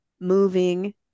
moving